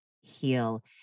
Heal